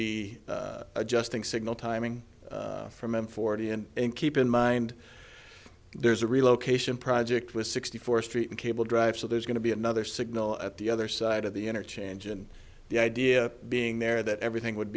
be adjusting signal timing from m four d and keep in mind there's a relocation project was sixty four street and cable drive so there's going to be another signal at the other side of the interchange and the idea being there that everything would